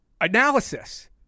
analysis